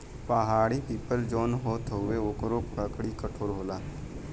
पहाड़ी पीपल जौन होत हउवे ओकरो लकड़ी कठोर होला